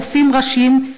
עורפים ראשים,